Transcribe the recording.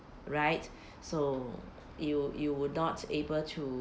right so you you will not able to